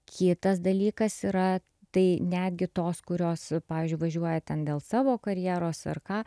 kitas dalykas yra tai netgi tos kurios pavyzdžiui važiuoja ten dėl savo karjeros ar ką